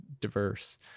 diverse